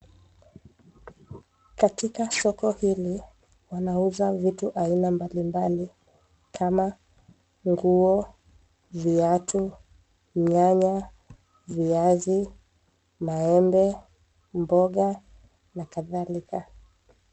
Katika soko hili wanauza vitu aina mbalimbali kama nguo, viatu, nyanya, viazi, maembe, mboga na kadhalika.